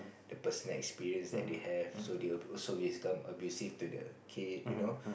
the personal experience that they have so they will also become abusive to the kid you know